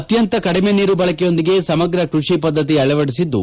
ಅತ್ಯಂತ ಕಡಿಮೆ ನೀರು ಬಳಕೆಯೊಂದಿಗೆ ಸಮಗ್ರ ಕೃಷಿ ಪದ್ಧತಿ ಅಳವಡಿಸಿದ್ದು